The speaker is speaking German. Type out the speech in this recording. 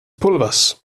pulvers